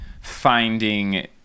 finding